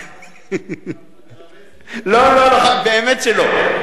אתה מרמז לי, לא לא, באמת שלא.